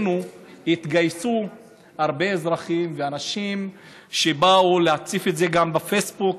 התגייסו אלינו הרבה אזרחים ואנשים שבאו להציף את זה גם בפייסבוק,